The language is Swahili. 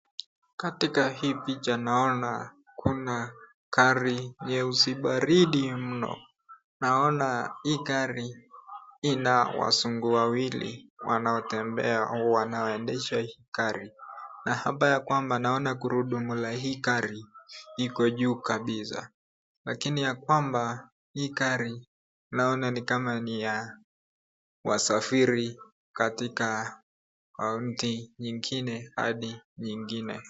Katika hii picha naona kuna gari nyeusi baridi mno. Naona hii gari ina wazungu wawili wanaotembea au wanaoendesha hii gari. Na hapa ya kwamba naona gurudumu la hii gari iko juu kabisa lakini ya kwamba, hii gari ni ya wasafiri katika kaunti nyingine hadi nyingine.